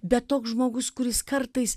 bet toks žmogus kuris kartais